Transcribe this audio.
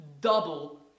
double